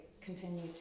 continue